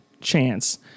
chance